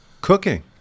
cooking